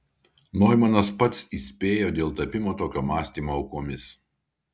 noimanas pats įspėjo dėl tapimo tokio mąstymo aukomis